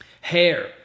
Hair